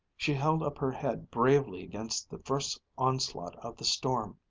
she held up her head bravely against the first onslaught of the storm.